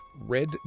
red